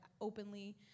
openly